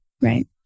right